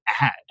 add